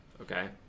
okay